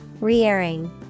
Re-airing